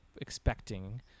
expecting